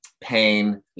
pain